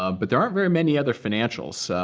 um but there aren't very many other financials.